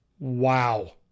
wow